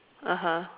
(uh huh)